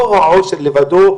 לא העושר לבדו,